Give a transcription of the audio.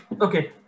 Okay